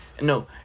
No